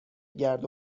گرد